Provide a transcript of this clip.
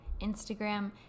Instagram